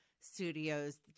Studios